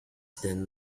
then